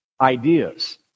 ideas